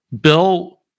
Bill